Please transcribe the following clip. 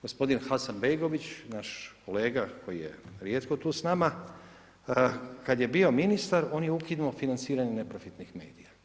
Gospodin Hasanbegović, naš kolega koji je rijetko tu s nama, kada je bio ministar, on je ukinuo financiranje neprofitnih medija.